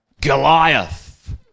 Goliath